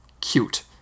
cute